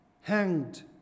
hanged